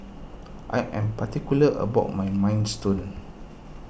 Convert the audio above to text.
I am particular about my Minestrone